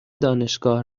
دانشگاه